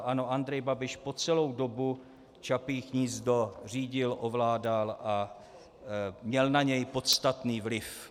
Ano, Andrej Babiš po celou dobu Čapí hnízdo řídil, ovládal a měl na něj podstatný vliv.